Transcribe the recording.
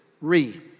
re-